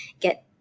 get